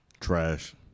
Trash